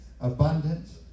abundance